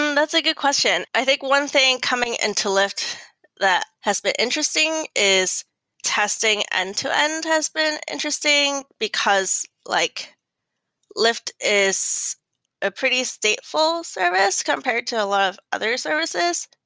and that's a good question. i think one thing coming into lyft that has been interesting is testing and end-to-end and has been interesting, because like lyft is a pretty stateful service compared to a lot of other services.